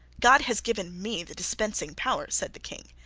god has given me the dispensing power, said the king,